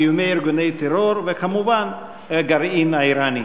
איומי ארגוני טרור וכמובן הגרעין האיראני.